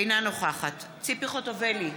אינה נוכחת ציפי חוטובלי,